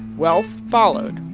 wealth followed.